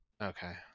Okay